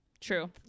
True